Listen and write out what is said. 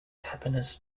happiness